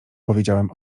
powiedziałam